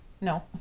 No